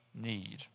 need